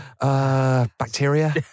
bacteria